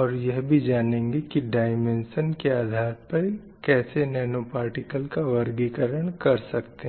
और यह भी जानेंगे की डाईमेन्शन के आधार पे कैसे नैनो पार्टिकल का वर्गीकरण कर सकते हैं